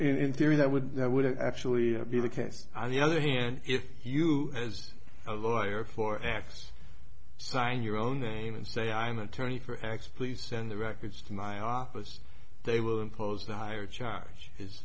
act in theory that would that would actually be the case on the other hand if you as a lawyer for x sign your own name and say i am attorney for x please send the records to my office they will impose the higher charge is